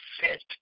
fit